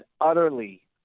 utterly